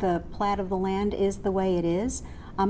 the plat of the land is the way it is i